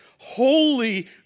holy